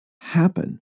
happen